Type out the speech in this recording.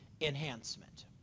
enhancement